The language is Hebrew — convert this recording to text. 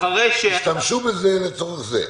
שהשתמשו בהם לצורך זה.